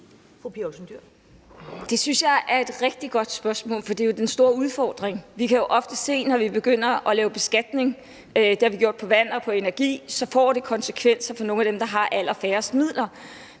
Det synes jeg er et rigtig godt spørgsmål, for det er jo den store udfordring. Vi kan jo ofte se, at når vi begynder at lave beskatninger – det har vi gjort på vand og på energi – så får det konsekvenser for nogle af dem, som har allerfærrest midler.